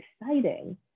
exciting